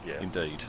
indeed